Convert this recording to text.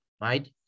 Right